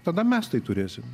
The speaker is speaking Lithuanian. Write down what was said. tada mes tai turėsim